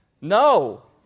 No